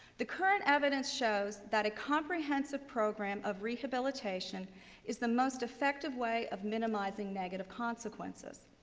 the current evidence shows that a comprehensive program of rehabilitation is the most effective way of minimizing negative consequences.